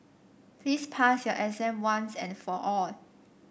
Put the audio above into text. please pass your exam once and for all